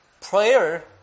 Prayer